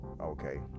Okay